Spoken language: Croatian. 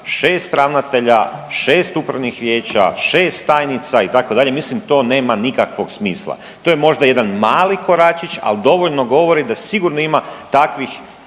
6 ravnatelja, 6 upravnih vijeća, 6 tajnica, itd., mislim to nema nikakvog smisla. To je možda jedan mali koračić, ali dovoljno govori da sigurno ima takvih